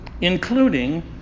including